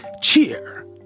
cheer